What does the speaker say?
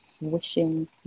wishing